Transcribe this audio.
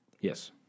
Yes